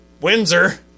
Windsor